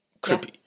creepy